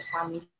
Family